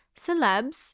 celebs